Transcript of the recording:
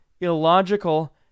illogical